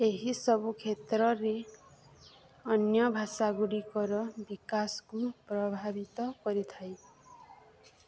ଏହିସବୁ କ୍ଷେତ୍ରରେ ଅନ୍ୟ ଭାଷା ଗୁଡ଼ିକର ବିକାଶକୁ ପ୍ରଭାବିତ କରିଥାଏ